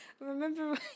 Remember